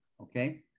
okay